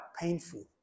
painful